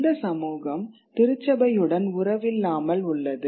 இந்த சமூகம் திருச்சபை உடன் உறவில்லாமல் உள்ளது